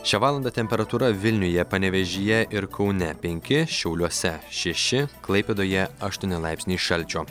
šią valandą temperatūra vilniuje panevėžyje ir kaune penki šiauliuose šeši klaipėdoje aštuoni laipsniai šalčio